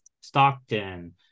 Stockton